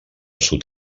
sud